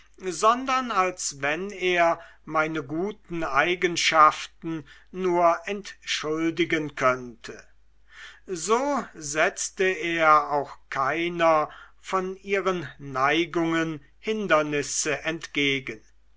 sondern als wenn er meine guten eigenschaften nur entschuldigen könnte so setzte er auch keiner von ihren neigungen hindernisse entgegen